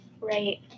Right